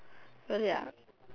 really ah